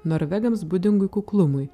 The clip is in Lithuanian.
norvegams būdingui kuklumui